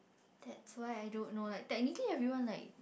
that's why I don't know like technically everyone like